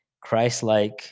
Christ-like